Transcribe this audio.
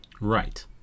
right